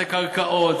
זה קרקעות,